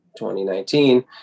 2019